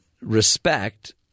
respect